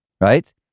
right